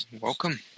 welcome